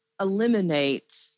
eliminate